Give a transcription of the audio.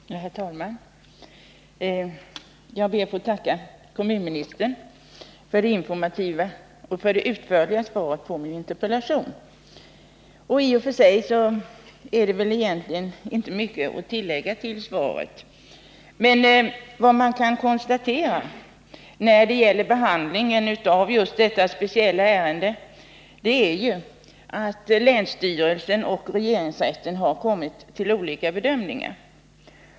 Herr talman! Jag ber att få tacka kommunministern för det informativa och utförliga svaret på min interpellation. I och för sig är det egentligen inte mycket att tillägga till svaret, men vad man kan konstatera när det gäller behandlingen av just detta speciella ärende är ju att länsstyrelsen och regeringsrätten har kommit fram till olika bedömningar.